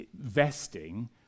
vesting